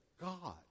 God